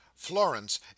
florence